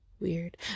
weird